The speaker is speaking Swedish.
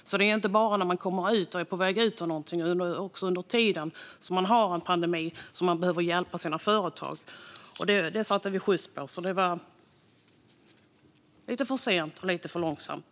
Det är alltså inte bara när man är på väg ut ur någonting som företagen behöver hjälp, utan det är också under tiden som man har en pandemi som man behöver hjälpa sina företag. Detta satte vi skjuts på. Det gjordes lite för sent och lite för långsamt.